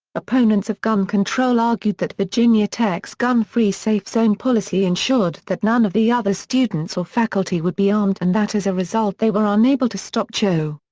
opponents of gun control argued that virginia tech's gun-free safe zone policy ensured that none of the other students or faculty would be armed and that as a result they were unable to stop cho.